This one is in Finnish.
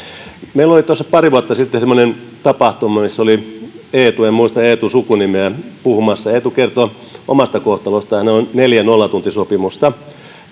meillä oli tuossa pari vuotta sitten semmoinen tapahtuma missä oli eetu en muista eetun sukunimeä puhumassa eetu kertoi omasta kohtalostaan hänellä oli neljä nollatuntisopimusta